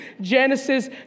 Genesis